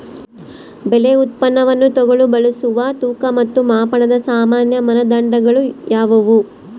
ಬೆಳೆ ಉತ್ಪನ್ನವನ್ನು ತೂಗಲು ಬಳಸುವ ತೂಕ ಮತ್ತು ಮಾಪನದ ಸಾಮಾನ್ಯ ಮಾನದಂಡಗಳು ಯಾವುವು?